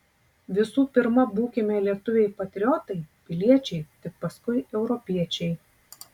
visų pirma būkime lietuviai patriotai piliečiai tik paskui europiečiai